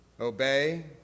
obey